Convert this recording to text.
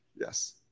yes